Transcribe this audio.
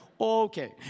okay